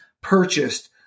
purchased